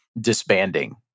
disbanding